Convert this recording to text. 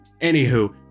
Anywho